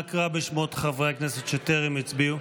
אנא קרא בשמות חברי הכנסת שטרם הצביעו.